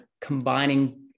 combining